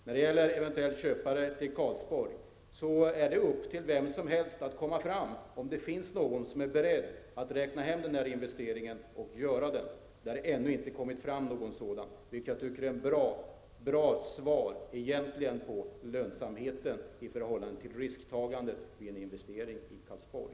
När det gäller en eventuell köpare till pappersbruket i Karlsborg är det upp till vem som helst att komma fram, om det finns någon som är beredd att göra denna investering. Det har ännu inte kommit fram någon som är beredd att göra det, vilket jag tycker är ett bra svar när det gäller frågan om lönsamheten i förhållande till risktagandet vid en investering i Karlsborg.